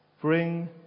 bring